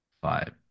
five